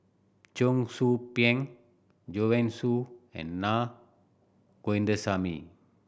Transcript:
Cheong Soo Pieng Joanne Soo and Na Govindasamy